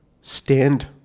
stand